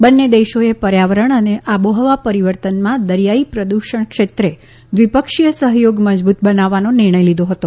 બંને દેશોએ પર્યાવરણ અને આબોહવા પરિવર્તનમાં દરિયાઇ પ્રદૃષણ ક્ષેત્રે દ્વિપક્ષીય સહયોગ મજબૂત બનાવવાનો નિર્ણય લીધો હતો